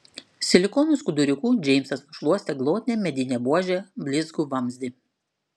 silikono skuduriuku džeimsas nušluostė glotnią medinę buožę blizgų vamzdį